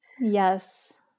Yes